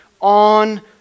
on